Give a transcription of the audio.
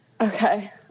Okay